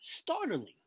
startling